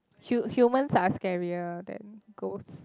hu~ humans are scarier than ghost